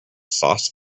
sauce